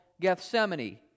Gethsemane